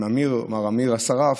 עם מר אמיר אסרף,